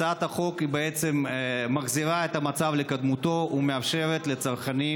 הצעת החוק בעצם מחזירה את המצב לקדמותו ומאפשרת לצרכנים